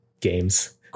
games